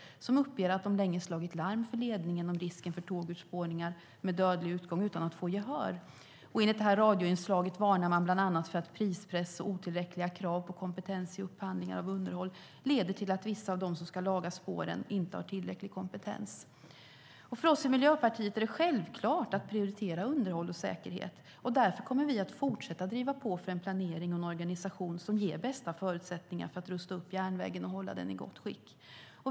De uppger att de länge slagit larm till ledningen om risken för tågurspårningar med dödlig utgång, utan att få gehör. Enligt radioinslaget varnar man bland annat för att prispress och otillräckliga krav på kompetens i upphandlingar av underhåll leder till att vissa av dem som ska laga spåren inte har tillräcklig kompetens. För oss i Miljöpartiet är det självklart att prioritera underhåll och säkerhet, och därför kommer vi att fortsätta driva på för en planering och en organisation som ger de bästa förutsättningarna för att rusta upp järnvägen och hålla den i gott skick.